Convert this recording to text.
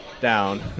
down